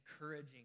encouraging